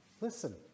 Listen